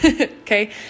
Okay